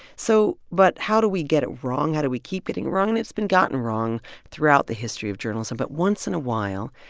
so but how do we get it wrong? how do we keep getting it wrong? and it's been gotten wrong throughout the history of journalism. but once in a while,